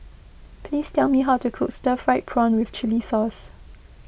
please tell me how to cook Stir Fried Prawn with Chili Sauce